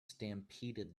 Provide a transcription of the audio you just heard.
stampeded